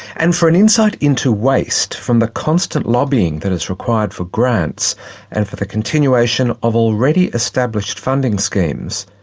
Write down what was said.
and for an insight into waste from the constant lobbying that is required for grants and for the continuation of already established funding schemes,